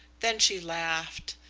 then she laughed,